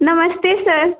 नमस्ते सर